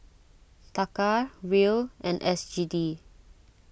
Taka Riel and S G D